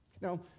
Now